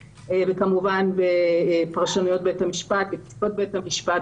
וכמובן בפרשנויות של בית המשפט ובפסיקות של בית המשפט.